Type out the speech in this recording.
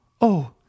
Oh